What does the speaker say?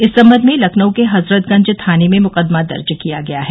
इस संबंध में लखनऊ के हजरतगंज थाने में मुकदमा दर्ज किया गया है